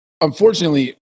Unfortunately